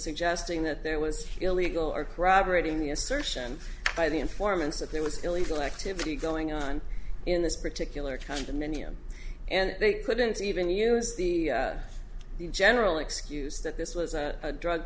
suggesting that there was illegal or corroborating the assertion by the informants that there was illegal activity going on in this particular condominium and they couldn't even use the general excuse that this was a drug